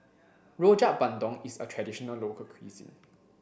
Rojak Bandung is a traditional local cuisine